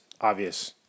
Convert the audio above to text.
obvious